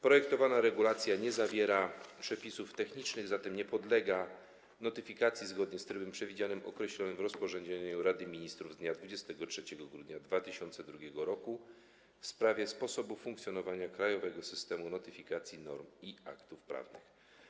Projektowana regulacja nie zawiera przepisów technicznych, zatem nie podlega notyfikacji zgodnie z trybem przewidzianym, określonym w rozporządzeniu Rady Ministrów z dnia 23 grudnia 2002 r. w sprawie sposobu funkcjonowania krajowego systemu notyfikacji norm i aktów prawnych.